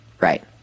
Right